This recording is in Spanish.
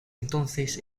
entonces